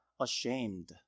ashamed